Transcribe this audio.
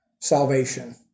salvation